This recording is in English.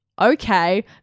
Okay